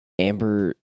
Amber